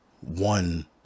one